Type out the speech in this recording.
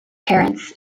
parents